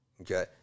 okay